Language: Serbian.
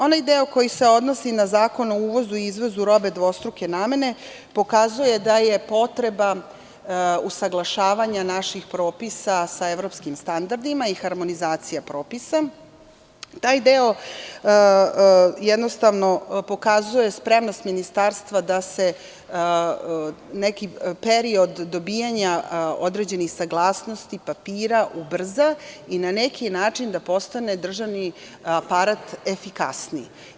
Onaj deo koji se odnosi na Zakon o uvozu i izvozu robe dvostruke namene pokazuje da je potreba usaglašavanja naših propisa sa evropskim standardima i harmonizacija propisa, pokazuje spremnost ministarstva da se neki period dobijanja određenih saglasnosti, papira ubrza i na neki način da državni aparat postane efikasniji.